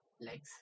legs